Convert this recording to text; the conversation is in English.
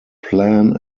plan